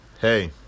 hey